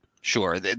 Sure